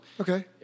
Okay